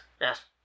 yes